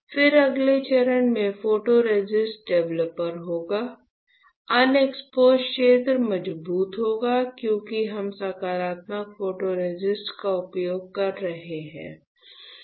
फिर अगले चरण में फोटोरेसिस्ट डेवलपर होगा अनएक्सपोज्ड क्षेत्र मजबूत होगा क्योंकि हम सकारात्मक फोटोरेसिस्ट का उपयोग कर रहे हैं